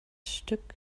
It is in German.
stück